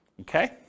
Okay